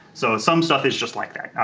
so some stuff is just like that.